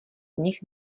nich